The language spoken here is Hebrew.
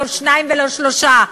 לא שניים ולא שלושה.